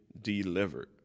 delivered